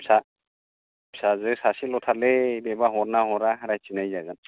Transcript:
फिसा फिसाजो सासेल' थारलै बेबा हरना हरा रायथि नायजागोन